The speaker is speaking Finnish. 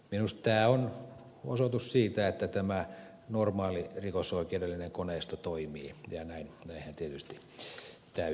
minusta tämä on osoitus siitä että tämä normaali rikosoikeudellinen koneisto toimii ja näinhän tietysti täytyy olla